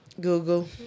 Google